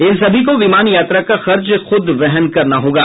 इन सभी को विमान यात्रा का खर्च खुद वहन करना होगा